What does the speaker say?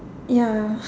ya